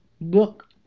look